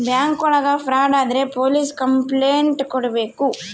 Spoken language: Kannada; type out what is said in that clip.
ಬ್ಯಾಂಕ್ ಒಳಗ ಫ್ರಾಡ್ ಆದ್ರೆ ಪೊಲೀಸ್ ಕಂಪ್ಲೈಂಟ್ ಕೊಡ್ಬೇಕು